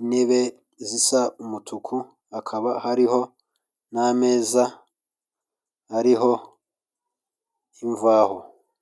intebe zisa umutuku, hakaba hariho n'ameza ariho imvaho.